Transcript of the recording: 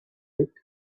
bit